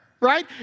right